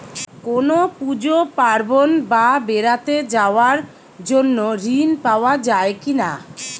কোনো পুজো পার্বণ বা বেড়াতে যাওয়ার জন্য ঋণ পাওয়া যায় কিনা?